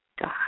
God